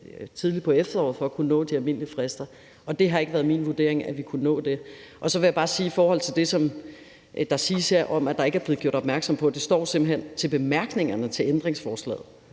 tidligt på efteråret for at kunne nå at overholde de almindelige frister. Og det har ikke været min vurdering, at vi kunne nå det. Så vil jeg bare i forhold til det, som der siges her, om, at der ikke er blevet gjort opmærksom på det, sige, at det simpelt hen står i bemærkningerne til ændringsforslaget,